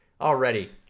already